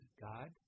God